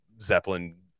zeppelin